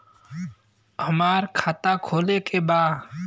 हमार खाता खोले के बा?